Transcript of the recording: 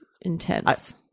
intense